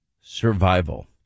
survival